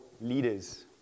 leaders